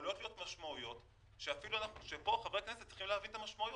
יכולות להיות משמעויות וחברי הכנסת צריכים להבין את המשמעויות.